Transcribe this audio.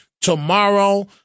tomorrow